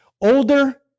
older